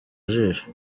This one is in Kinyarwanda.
jisho